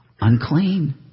unclean